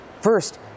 first